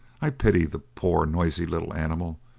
i pity the poor noisy little animal,